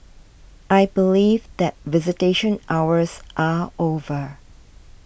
I believe that visitation hours are over